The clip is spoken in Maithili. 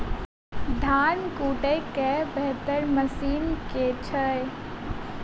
धान कुटय केँ बेहतर मशीन केँ छै?